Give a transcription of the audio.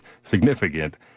significant